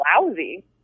lousy